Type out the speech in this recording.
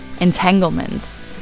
entanglements